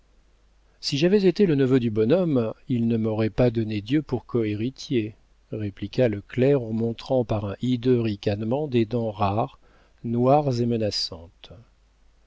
si j'avais été le neveu du bonhomme il ne m'aurait pas donné dieu pour cohéritier répliqua le clerc en montrant par un hideux ricanement des dents rares noires et menaçantes